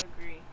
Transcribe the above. agree